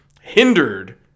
hindered